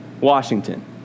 Washington